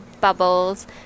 bubbles